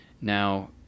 Now